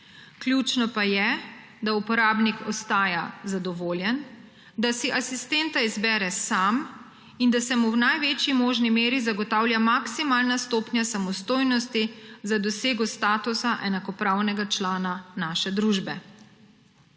ključno pa je, da uporabnik ostaja zadovoljen, da si asistenta izbere sam in da se mu v največji možni meri zagotavlja maksimalna stopnja samostojnosti za dosego statusa enakopravnega člana naše družbe.